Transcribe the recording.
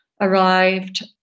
arrived